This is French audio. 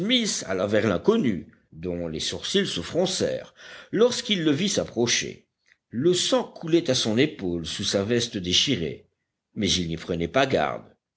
smith alla vers l'inconnu dont les sourcils se froncèrent lorsqu'il le vit s'approcher le sang coulait à son épaule sous sa veste déchirée mais il n'y prenait pas garde